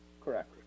Correct